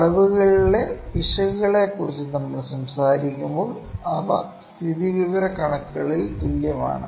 അളവുകളിലെ പിശകുകളെക്കുറിച്ച് നമ്മൾ സംസാരിക്കുമ്പോൾ അവ സ്ഥിതിവിവരക്കണക്കുകളിൽ തുല്യമാണ്